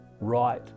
right